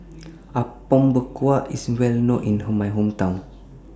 Apom Berkuah IS Well known in My Hometown